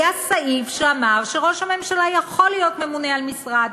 היה סעיף שאמר שראש הממשלה יכול להיות ממונה על משרד,